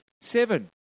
Seven